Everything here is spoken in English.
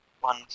one